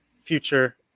future